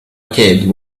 kid